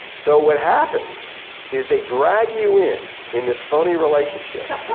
so what happens is they drag you in in this phony relationship,